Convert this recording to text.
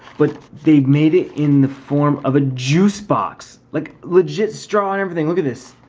but they made it in the form of a juice box. like, legit straw and everything, look at this.